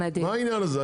מה העניין הזה?